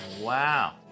wow